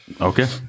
Okay